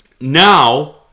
now